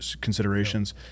considerations